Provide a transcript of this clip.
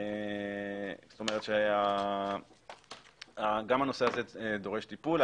גם הנושא הזה דורש טיפול.